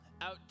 out